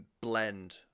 blend